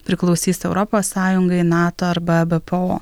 priklausys europos sąjungai nato arba bpo